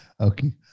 Okay